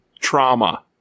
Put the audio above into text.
trauma